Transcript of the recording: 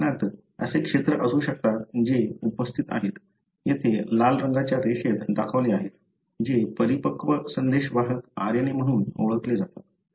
उदाहरणार्थ असे क्षेत्र असू शकतात जे उपस्थित आहेत येथे लाल रंगाच्या रेषेत दाखवले आहेत जे परिपक्व संदेशवाहक RNA म्हणून ओळखले जातात